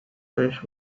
fish